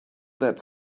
that